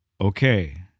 okay